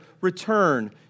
return